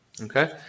Okay